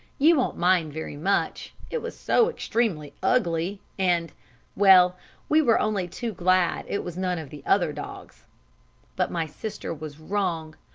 you won't mind very much it was so extremely ugly, and well we were only too glad it was none of the other dogs but my sister was wrong,